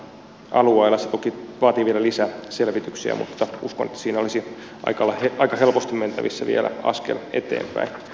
se toki vaatii vielä lisäselvityksiä mutta uskon että siinä olisi aika helposti mentävissä vielä askel eteenpäin